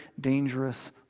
dangerous